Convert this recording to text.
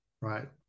right